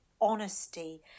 honesty